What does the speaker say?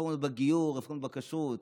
רפורמות בגיור, רפורמות בכשרות,